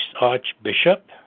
archbishop